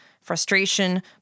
Frustration